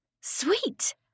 Sweet